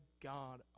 God